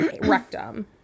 Rectum